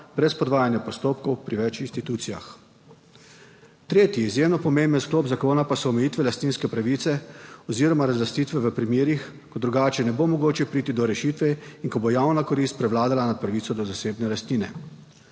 brez podvajanja postopkov pri več institucijah. Tretji izjemno pomemben sklop zakona pa so omejitve lastninske pravice oziroma razlastitve v primerih, ko drugače ne bo mogoče priti do rešitve in ko bo javna korist prevladala nad pravico do zasebne lastnine.